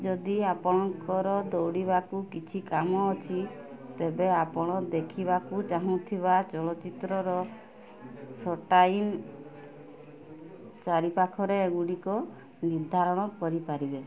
ଯଦି ଆପଣଙ୍କର ଦୌଡ଼ିବାକୁ କିଛି କାମ ଅଛି ତେବେ ଆପଣ ଦେଖିବାକୁ ଚାହୁଁଥିବା ଚଳଚ୍ଚିତ୍ରର ଶୋ ଟାଇମ୍ ଚାରିପାଖରେ ଏଗୁଡ଼ିକ ନିର୍ଦ୍ଧାରଣ କରିପାରିବେ